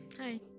Hi